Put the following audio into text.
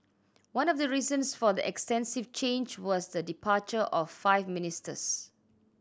one of the reasons for the extensive change was the departure of five ministers